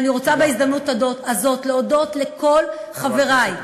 ואני רוצה בהזדמנות הזאת להודות לכל חברי,